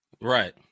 Right